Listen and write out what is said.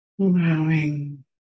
allowing